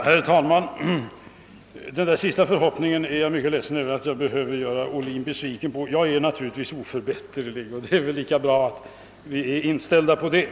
Herr talman! Beträffande herr Ohlins sista förhoppning måste jag säga att jag är mycket ledsen att jag måste göra honom besviken — jag är naturligtvis oförbätterlig och det är lika bra att vara inställd på det.